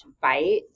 bite